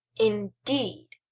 indeed!